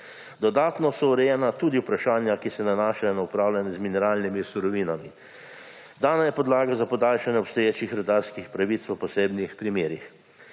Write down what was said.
Dodatno so urejena tudi vprašanja, ki se nanašajo na upravljanje z mineralnimi surovinami. Dana je podlaga za podaljšanje obstoječih rudarskih pravic v posebnih primerih.